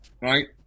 right